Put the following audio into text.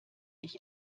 ich